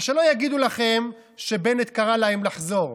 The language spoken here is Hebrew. ושלא יגידו לכם שבנט קרא להם לחזור.